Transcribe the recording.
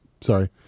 Sorry